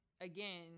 again